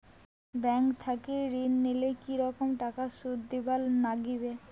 Bank থাকি ঋণ নিলে কি রকম টাকা সুদ দিবার নাগিবে?